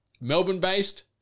Melbourne-based